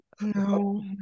No